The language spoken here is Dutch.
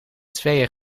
tweeën